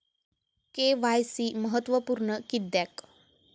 KYC महत्त्वपुर्ण किद्याक?